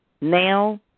now